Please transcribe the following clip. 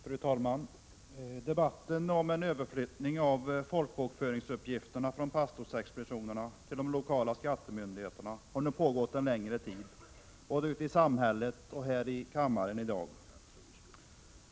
Fru talman! Debatten om en överflyttning av folkbokföringsuppgifterna från pastorsexpeditionerna till de lokala skattemyndigheterna har nu pågått en längre tid både ute i samhället och här i kammaren i dag.